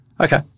okay